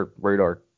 radar